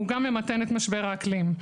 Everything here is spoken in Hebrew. והוא גם ממתן את משבר האקלים.